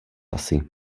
asi